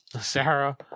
Sarah